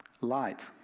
Light